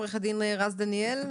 עו"ד רז דניאל,